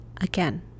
Again